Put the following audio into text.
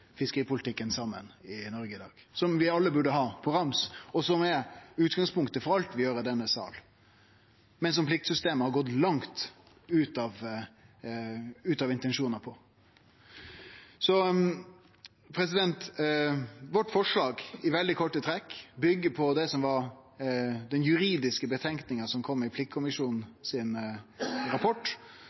fiskeripolitikken saman i Noreg i dag, som vi alle burde kunne på rams, og som er utgangspunktet for alt vi gjer i denne salen, men der pliktsystemet har gått langt bort frå intensjonane. Vårt forslag byggjer – i veldig korte trekk – på det som var den juridiske fråsegna som kom i